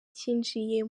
cyinjiye